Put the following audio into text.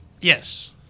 Yes